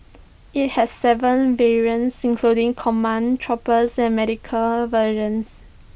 IT has Seven variants including command trooper and medical versions